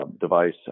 device